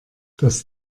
das